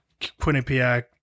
Quinnipiac